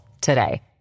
today